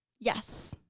yes.